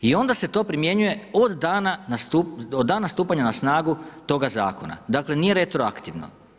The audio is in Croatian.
I onda se to primjenjuje od dana stupanja na snagu toga zakona, dakle nije retroaktivno.